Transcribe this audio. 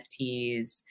nfts